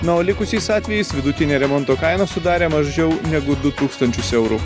na o likusiais atvejais vidutinė remonto kaina sudarė mažiau negu du tūkstančius eurų